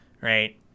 Right